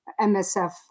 MSF